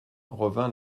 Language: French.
revint